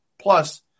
Plus